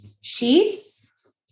sheets